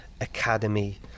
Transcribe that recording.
academy